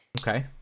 Okay